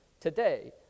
today